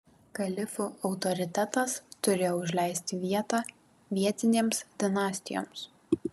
kalifų autoritetas turėjo užleisti vietą vietinėms dinastijoms